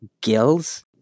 Gills